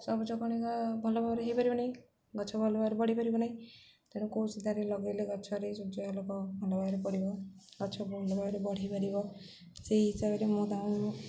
ସବୁଜ କଣିକା ଭଲ ଭାବରେ ହେଇପାରିବ ନାହିଁ ଗଛ ଭଲ ଭାବରେ ବଢ଼ିପାରିବ ନାହିଁ ତେଣୁ କେଉଁ ସିଧାରେ ଲଗେଇଲେ ଗଛରେ ସୂର୍ଯ୍ୟାଲୋକ ଭଲ ଭାବରେ ପଡ଼ିବ ଗଛ ଭଲ ଭାବରେ ବଢ଼ିପାରିବ ସେଇ ହିସାବରେ ମୁଁ ତାଙ୍କୁ